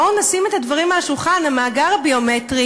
בואו נשים את הדברים על השולחן: המאגר הביומטרי,